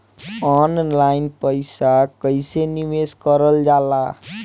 Online पईसा कईसे निवेश करल जाला?